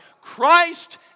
Christ